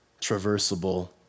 traversable